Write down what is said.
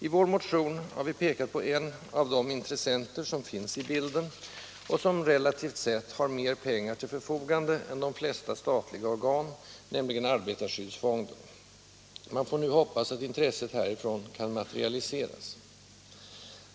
I vår motion har vi pekat på en av de intressenter som finns i bilden och som -— relativt sett — har mer pengar till förfogande än de flesta statliga organ, nämligen arbetarskyddsfonden. Man får nu hoppas att intresset härifrån kan materialiseras.